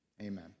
amen